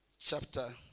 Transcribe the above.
chapter